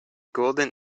golden